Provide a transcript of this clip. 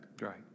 Right